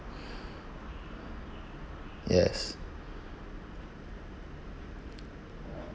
yes